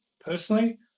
personally